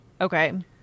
Okay